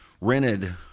rented